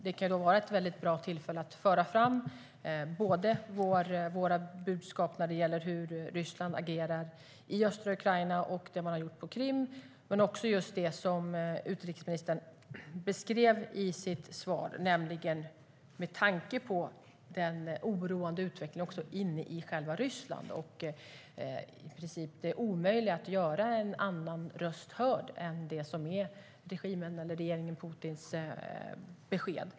Det kan ju vara ett bra tillfälle att föra fram våra budskap när det gäller hur Ryssland agerar i östra Ukraina och på Krim men också om det som utrikesministern beskrev i sitt svar om den oroande utvecklingen inne i Ryssland, där det i princip är omöjligt att göra en annan röst hörd än det som är regimens eller regeringen Putins besked.